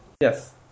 Yes